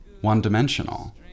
one-dimensional